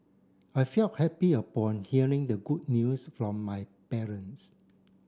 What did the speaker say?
I felt happy upon hearing the good news from my parents